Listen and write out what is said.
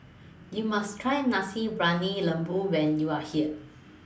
YOU must Try Nasi Briyani Lembu when YOU Are here